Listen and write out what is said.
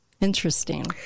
Interesting